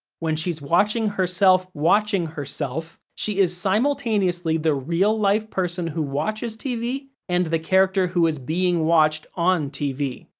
when she's watching herself watching herself, she is simultaneously the real life person who watches tv and the character who is being watched on tv.